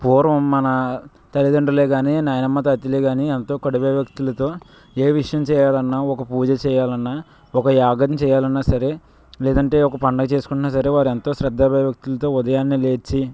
పూర్వం మన తల్లితండ్రులే కానీ మన నాన్నమ్మ తాతయ్యలే కానీ ఎంతో కొండు భయభక్తులతో ఏ విషయం చేయాలన్నా ఒక పూజ చేయాలన్నా ఒక యాగం చేయాలన్నా సరే లేదంటే ఒక పండుగ చేసుకున్నా సరే వారెంతో శ్రద్ధా భయభక్తులతో ఉదయాన్నే లేచి